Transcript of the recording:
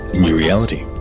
new reality.